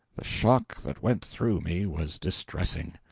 the shock that went through me was distressing.